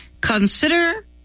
consider